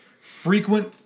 frequent